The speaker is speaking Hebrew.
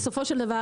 בסופו של דבר,